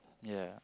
ya